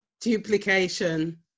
Duplication